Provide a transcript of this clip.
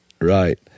right